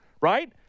Right